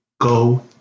Go